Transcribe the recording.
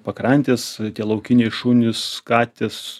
pakrantės tie laukiniai šunys katės